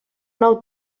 nou